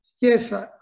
Yes